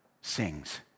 sings